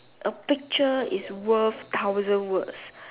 a picture is worth thousand words